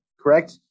correct